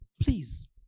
please